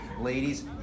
Ladies